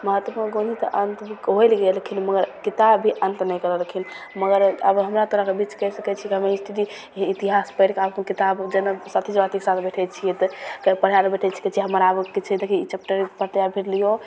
महात्मा गाँधी तऽ अन्त होइल गेलखिन मगर किताब भी अन्त नहि करलखिन मगर आब हमरा तरफके बीच कहि सकै छी कि हमे यदि इतिहास पढ़िके आब किताब जेना साथी सौराथीके साथ बैठै छिए तऽ पढ़ै ले बैठै छिकै जे हमर आब कि छै देखही ई चैप्टर पढ़तै आब लिऔ